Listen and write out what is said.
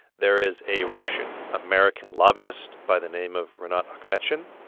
there is a russian-american lobbyist by the name of rinat akhmetshin.